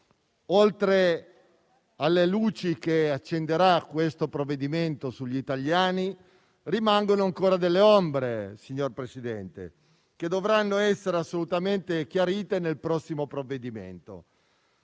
Oltre alle luci che accenderà questo provvedimento sugli italiani, rimangono ancora delle ombre, signor Presidente, che dovranno essere assolutamente chiarite nel prossimo provvedimento.